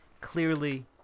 Clearly